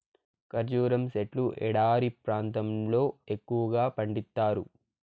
ఖర్జూరం సెట్లు ఎడారి ప్రాంతాల్లో ఎక్కువగా పండిత్తారు